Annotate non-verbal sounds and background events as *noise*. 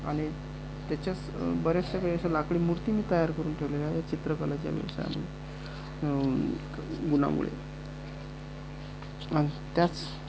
आणि त्याच्यात बऱ्याचशा वेळी *unintelligible* लाकडी मूर्ती मी तयार करून ठेवलेल्या आहेत चित्रकलेच्या व्यवसायामुळे गुणामुळे आणि त्याच